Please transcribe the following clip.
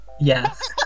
Yes